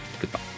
Goodbye